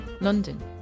London